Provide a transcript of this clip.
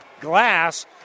glass